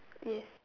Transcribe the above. yes